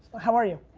how are you?